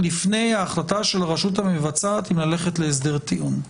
ההחלטה של הרשות המבצעת אם ללכת להסדר טיעון.